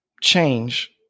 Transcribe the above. change